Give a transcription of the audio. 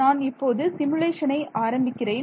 நான் இப்போது சிமுலேஷனை ஆரம்பிக்கிறேன்